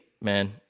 man